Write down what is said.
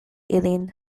ilin